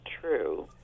true